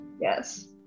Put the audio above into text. yes